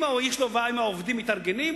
אם העובדים מתארגנים,